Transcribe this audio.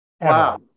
wow